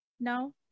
now